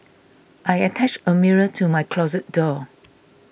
I attached a mirror to my closet door